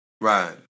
Right